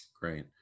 Great